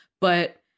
but-